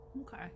Okay